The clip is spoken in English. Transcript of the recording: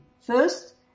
first